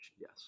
Yes